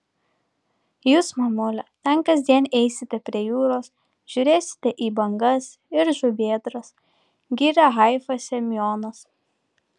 jūs mamule ten kasdien eisite prie jūros žiūrėsite į bangas ir žuvėdras gyrė haifą semionas